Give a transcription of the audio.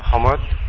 um much